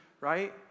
right